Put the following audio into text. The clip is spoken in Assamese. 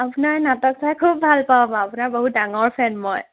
আপোনাৰ নাটক চাই খুব ভাল পাওঁ বা আপোনাৰ খুব ডাঙৰ ফেন মই